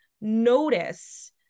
notice